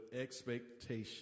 expectation